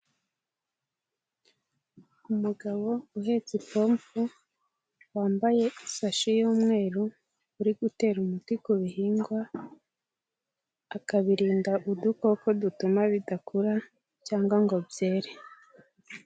Umugabo uhetse pompo wambaye isashi y'umweru uri gutera umuti ku bihingwa akabirinda udukoko dutuma bidakura cyangwa ngo byere.